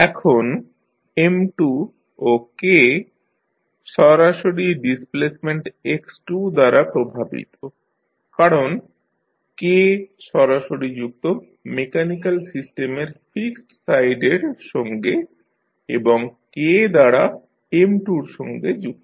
এখন M2 ও K সরাসরি ডিসপ্লেসমেন্ট x2 দ্বারা প্রভাবিত কারণ K সরাসরি যুক্ত মেকানিক্যাল সিস্টেমের ফিক্সড সাইডের সঙ্গে এবং K দ্বারা M2 র সঙ্গে যুক্ত